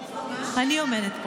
אורנה, אני עומדת פה עכשיו.